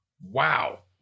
Wow